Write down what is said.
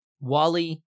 Wally